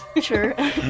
Sure